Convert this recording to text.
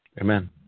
Amen